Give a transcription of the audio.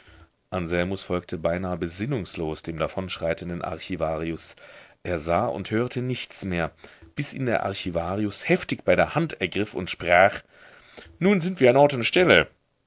anselmus folgte beinahe besinnungslos dem davonschreitenden archivarius er sah und hörte nichts mehr bis ihn der archivarius heftig bei der hand ergriff und sprach nun sind wir an ort und stelle